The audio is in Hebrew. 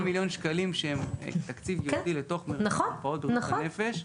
זה 80 מיליון שקלים שהם תקציב ייעודי לתוך מרפאות בריאות הנפש.